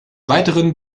weiteren